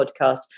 podcast